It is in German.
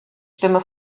stimme